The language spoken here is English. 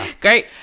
Great